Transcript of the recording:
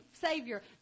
savior